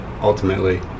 ultimately